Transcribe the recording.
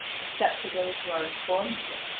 except to those who are informed of it.